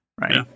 right